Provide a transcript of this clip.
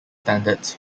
standards